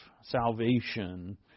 salvation